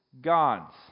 God's